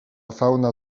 fauna